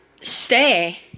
stay